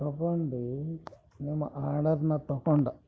ತೊಗೊಂಡು ನಿಮ್ಮ ಆರ್ಡರ್ನ ತೊಗೊಂಡೆ